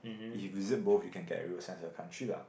if you visit both you can get a real sense of the country lah